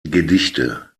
gedichte